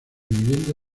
viviendo